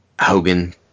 Hogan